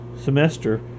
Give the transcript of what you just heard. semester